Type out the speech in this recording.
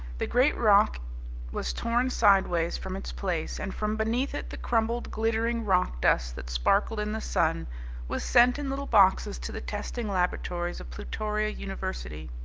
the great rock was torn sideways from its place, and from beneath it the crumbled, glittering rock-dust that sparkled in the sun was sent in little boxes to the testing laboratories of plutoria university.